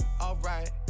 alright